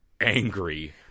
angry